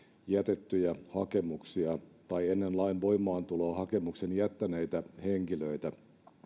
jätettyjä hakemuksia tai ennen lain voimaantuloa hakemuksen jättäneitä henkilöitä